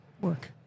work